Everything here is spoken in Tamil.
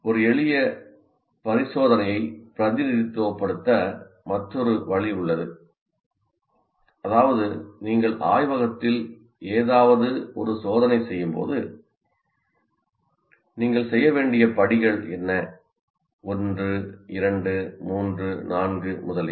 ஒரு எளிய பரிசோதனையை பிரதிநிதித்துவப்படுத்த மற்றொரு வழி உள்ளது அதாவது நீங்கள் ஆய்வகத்தில் ஏதாவது ஒரு சோதனை செய்யும்போது நீங்கள் செய்ய வேண்டிய படிகள் என்ன 1 2 3 4 முதலியன